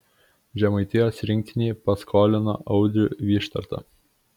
žemaitijos rinktinei paskolino audrių vyštartą